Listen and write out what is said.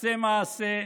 עשה מעשה,